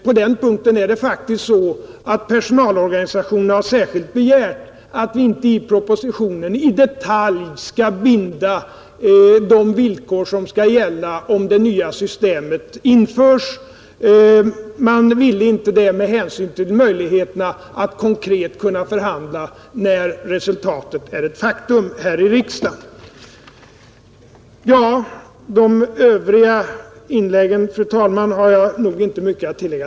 På den punkten är det faktiskt så att personalorganisationerna särskilt begärt att vi inte i propositionen i detalj skulle binda oss för de villkor som skall gälla om det nya systemet införs. Man ville inte det med hänsyn till möjligheterna att konkret förhandla när resultatet är ett faktum här i riksdagen. Ja, fru talman, till de övriga inläggen har jag inte mycket att tillägga.